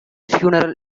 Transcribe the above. funeral